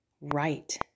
right